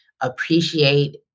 appreciate